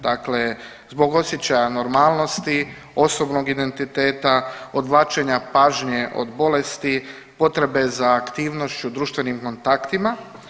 Dakle zbog osjećaja normalnosti, osobnog identiteta, odvlačenja pažnje od bolesti, potrebe za aktivnošću, društvenim kontaktima.